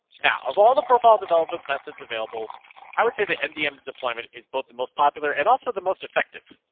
now of all the profile development methods available i would say the mdm deployment is both the most popular and also the most effective.